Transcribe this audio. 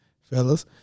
Fellas